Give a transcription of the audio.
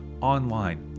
online